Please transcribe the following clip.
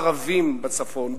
ערבים בצפון,